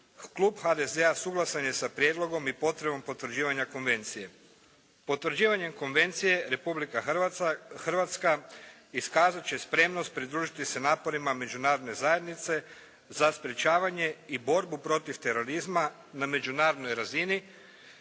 klub HDZ-a suglasan je sa prijedlogom i potrebom potvrđivanja Konvencije. Potvrđivanjem Konvencije Republika Hrvatska iskazat će spremnost pridružiti se naporima međunarodne zajednice za sprječavanje i borbu protiv terorizma na međunarodnoj razini